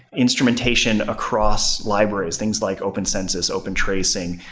instrumentation across libraries, things like open census, open tracing.